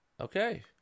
Okay